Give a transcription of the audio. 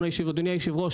אדוני היושב-ראש,